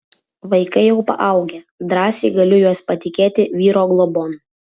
vaikai jau paaugę drąsiai galiu juos patikėti vyro globon